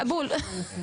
בול.